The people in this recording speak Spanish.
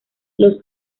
los